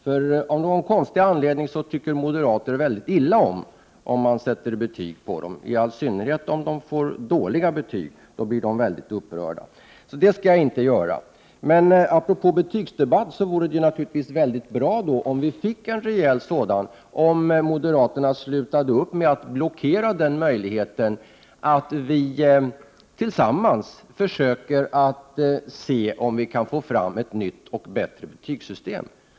Av någon konstig anledning tycker moderater mycket illa om att man sätter betyg på dem, i all synnerhet om de får dåliga betyg. Då blir de väldigt upprörda. Så det skall jag inte göra. Apropå betygsdebatt, vore det naturligtvis bra om vi fick en rejäl sådan och om moderaterna slutade upp med att blockera den möjligheten, så att vi tillsammans kan försöka se om det går att få fram ett nytt och bättre betygssystem.